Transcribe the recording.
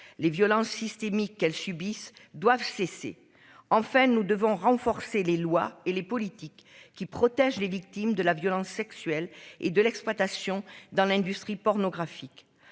Les violences systémique qu'elles subissent doivent cesser en nous devons renforcer les lois et les politiques qui protège les victimes de la violence sexuelle et de l'exploitation dans l'industrie pornographique.